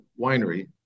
Winery